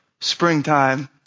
springtime